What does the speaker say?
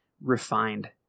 refined